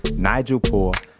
nigel poor,